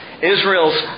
Israel's